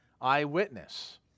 eyewitness